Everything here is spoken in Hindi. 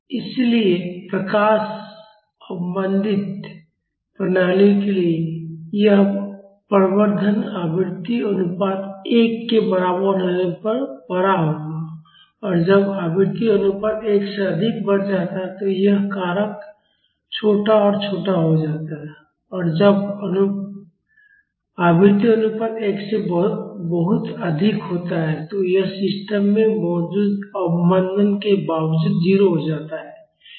इसलिए प्रकाश अवमंदित प्रणालियों के लिए यह प्रवर्धन आवृत्ति अनुपात 1 के बराबर होने पर बड़ा होगा और जब आवृत्ति अनुपात एक से अधिक बढ़ जाता है तो यह कारक छोटा और छोटा हो जाता है और जब आवृत्ति अनुपात 1 से बहुत अधिक होता है तो यह सिस्टम में मौजूद अवमंदन के बावजूद 0 हो जाता है